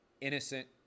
innocent